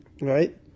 Right